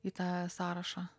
į tą sąrašą